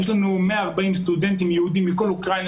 יש לנו 140 סטודנטים יהודים מכל אוקראינה